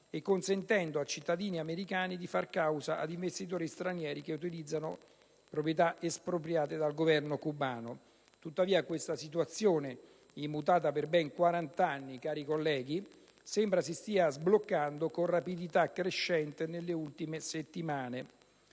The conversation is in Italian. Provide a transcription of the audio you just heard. e consentendo a cittadini americani di far causa ad investitori stranieri che utilizzino proprietà espropriate dal Governo cubano. Tuttavia, questa situazione immutata per ben quarant'anni, cari colleghi, sembra si stia sbloccando con una rapidità crescente nelle ultime settimane.